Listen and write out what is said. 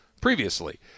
previously